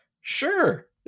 Sure